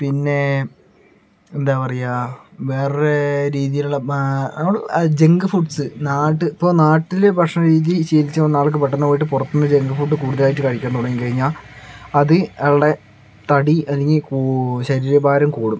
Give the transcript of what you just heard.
പിന്നെ എന്താ പറയുക വേറെ ഒരു രീതിയിലുള്ള ആ ജങ്ക് ഫുഡ്സ് നാട്ടിൽ ഇപ്പോൾ നാട്ടിലെ ഭക്ഷണ രീതി ശീലിച്ചു വന്നയാൾക്ക് പെട്ടെന്നു പോയിട്ട് പുറത്തു നിന്ന് ജങ്ക് ഫുഡ് കൂടുതലായിട്ട് കഴിക്കാൻ തുടങ്ങി കഴിഞ്ഞാൽ അത് അയാളുടെ തടി അല്ലെങ്കിൽ കൂ ശരീരഭാരം കൂട്ടും